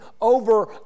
over